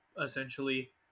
essentially